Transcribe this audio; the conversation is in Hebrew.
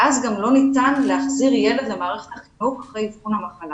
ואז גם לא ניתן להחזיר ילד למערכת החינוך לאחר אבחון המחלה